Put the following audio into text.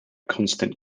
constant